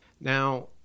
Now